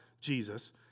Jesus